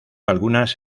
algunas